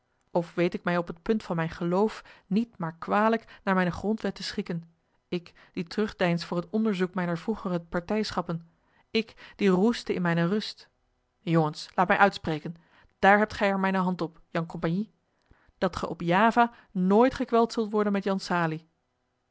of weet ik mij op het punt van mijn geloof niet maar kwalijk naar mijne grondwet te schikken ik die terugdeins voor het onderzoek mijner vroegere partijschappen ik die roestte in mijne rust jongens laat mij uitspreken dààr hebt ge er mijne hand op jan compagnie dat ge op java nooit gekweld zult worden met jan salie